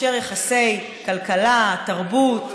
מאפשר יחסי כלכלה, תרבות,